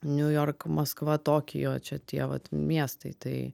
niujork maskva tokijo čia tie vat miestai tai